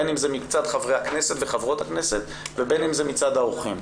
בין אם זה מצד חברי וחברות הכנסת ובין אם זה מצד האורחים.